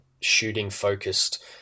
shooting-focused